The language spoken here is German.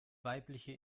weibliche